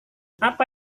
apa